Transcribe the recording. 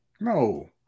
No